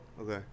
Okay